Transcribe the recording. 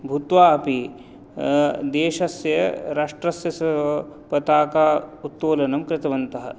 भूत्वा अपि देशस्य राष्ट्रस्य से पताका उत्तोलनं कृतवन्तः